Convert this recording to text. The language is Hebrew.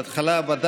ההסתייגות (12)